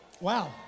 wow